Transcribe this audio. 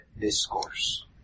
Discourse